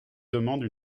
demande